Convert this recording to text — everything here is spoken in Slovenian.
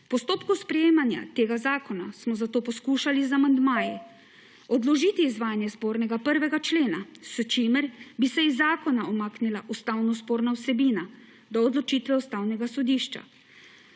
postopku sprejemanja tega zakona smo zato poskušali z amandmaji odložiti izvajanje spornega 1. člena, s čimer bi se iz zakona umaknila ustavno sporna vsebina do odločitve Ustavnega sodišča.